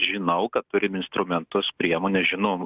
žinau kad turim instrumentus priemones žinau